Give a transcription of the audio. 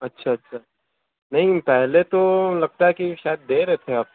اچھا اچھا نہیں پہلے تو لگتا ہے کہ شاید دے رہ تھے آپ